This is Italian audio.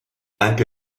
anche